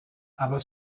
aber